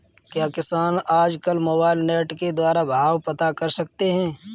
क्या किसान आज कल मोबाइल नेट के द्वारा भाव पता कर सकते हैं?